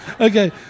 Okay